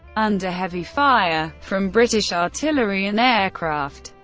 under heavy fire from british artillery and aircraft,